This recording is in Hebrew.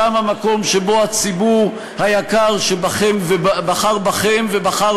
שם המקום שבו הציבור היקר שבחר בכם ובחר